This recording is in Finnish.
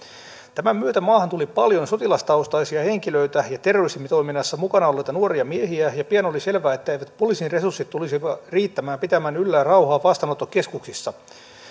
tämän myötä maahan tuli paljon sotilastaustaisia henkilöitä ja terrorismitoiminnassa mukana olleita nuoria miehiä ja pian oli selvää etteivät poliisin resurssit tulisi riittämään pitämään yllä rauhaa vastaanottokeskuksissa